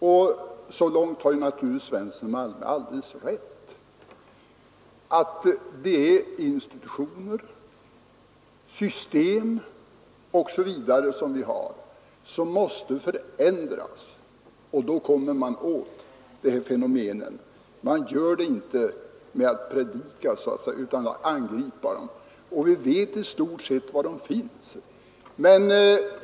Herr Svensson i Malmö har naturligtvis alldeles rätt så långt att det är våra institutioner, system osv. som måste förändras för att vi skall komma åt fenomenen. Det gör vi inte genom att predika utan genom att angripa dem, och vi vet i stort sett var de finns.